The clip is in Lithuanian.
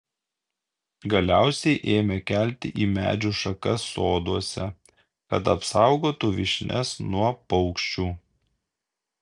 galiausiai ėmė kelti į medžių šakas soduose kad apsaugotų vyšnias nuo paukščių